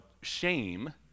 shame